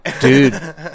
Dude